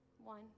One